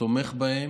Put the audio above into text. תומך בהם.